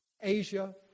Asia